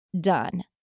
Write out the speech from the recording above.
done